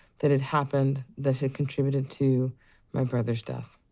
that had happened, that had contributed to my brother's death.